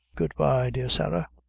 good-bye, dear sarah.